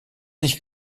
nicht